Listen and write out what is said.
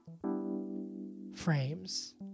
frames